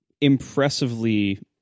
impressively